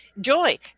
joy